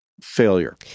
failure